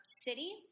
city